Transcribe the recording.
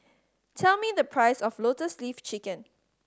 tell me the price of Lotus Leaf Chicken